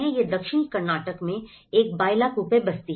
यह दक्षिणी कर्नाटक में एक बाइलाकुप्पे बस्ती है